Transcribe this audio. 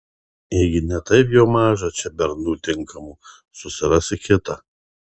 ėgi ne taip jau maža čia bernų tinkamų susirasi kitą